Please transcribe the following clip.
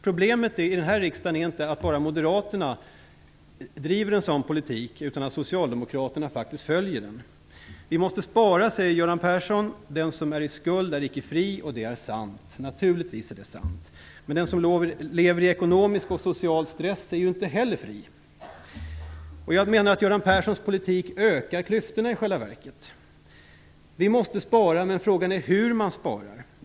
Problemet här i riksdagen är inte att bara moderaterna driver en sådan politik, utan att socialdemokraterna faktiskt följer den. Göran Persson säger att vi måste spara. Den som står i skuld är icke fri. Och det är naturligtvis sant. Men den som lever i ekonomisk och social stress är ju inte heller fri. Jag menar att Göran Perssons politik i själva verket ökar klyftorna. Vi måste spara, men frågan är hur man sparar.